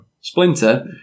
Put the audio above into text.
Splinter